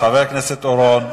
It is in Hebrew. חבר הכנסת אורון.